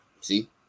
See